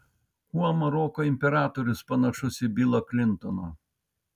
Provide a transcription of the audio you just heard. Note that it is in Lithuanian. kuo maroko imperatorius panašus į bilą klintoną